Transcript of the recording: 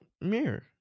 mirror